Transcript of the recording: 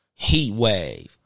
Heatwave